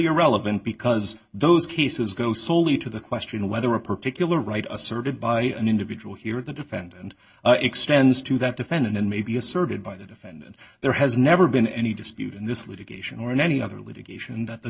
irrelevant because those cases go soley to the question of whether a particular right asserted by an individual here or the defendant extends to that defendant and may be asserted by the defendant there has never been any dispute in this litigation or in any other litigation that the